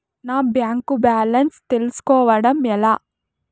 నా bank balance తెలుస్కోవడం ఎలా?